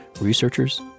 researchers